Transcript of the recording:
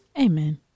amen